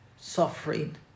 suffering